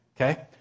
Okay